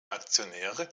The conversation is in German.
aktionäre